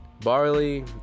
Barley